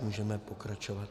Můžeme pokračovat.